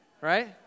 Right